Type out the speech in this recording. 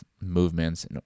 movements